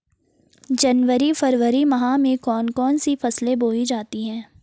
जनवरी फरवरी माह में कौन कौन सी फसलें बोई जाती हैं?